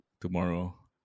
tomorrow